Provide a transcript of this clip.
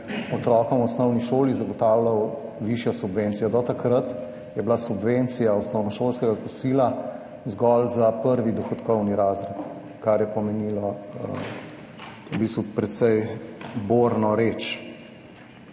otrokom v osnovni šoli zagotavljal višjo subvencijo. Do takrat je bila subvencija osnovnošolskega kosila zgolj za prvi dohodkovni razred, kar je pomenilo v bistvu precej borno reč.